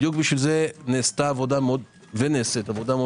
בדיוק לכן נעשתה ונעשית עבודה מאוד